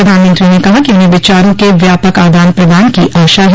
प्रधानमंत्री ने कहा कि उन्हें विचारों के व्यापक आदान प्रदान की आशा है